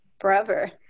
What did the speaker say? forever